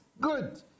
good